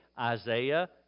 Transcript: Isaiah